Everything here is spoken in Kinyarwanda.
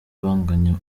banganya